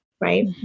right